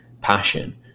passion